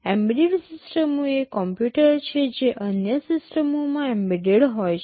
embedded સિસ્ટમો એ computer છે જે અન્ય સિસ્ટમોમાં એમ્બેડેડ હોય છે